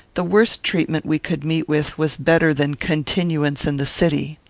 the worst treatment we could meet with was better than continuance in the city.